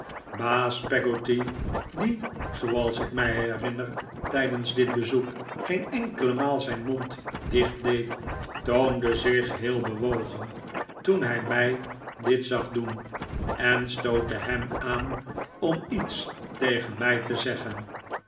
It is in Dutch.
baas peggotty die zooals ik mij herinner tijdens dit bezoek geen enkele maal zijn mond dicht deed toonde zich heel bewogen toen hij mij dit zag doen en stootte ham aan om iets tegen mij te zeggen